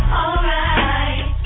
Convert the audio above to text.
alright